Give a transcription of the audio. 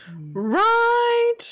right